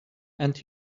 and